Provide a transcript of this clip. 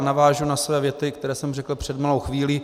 Navážu na své věty, které jsem řekl před malou chvílí.